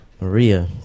Maria